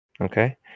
Okay